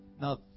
Now